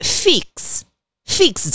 fix，fix